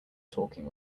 talking